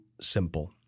simple